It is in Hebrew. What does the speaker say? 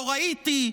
"לא ראיתי",